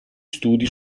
studi